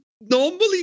normally